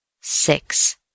Six